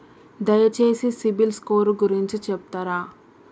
దయచేసి CIBIL score గురించి చెప్తరా?